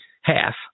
half